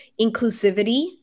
inclusivity